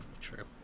True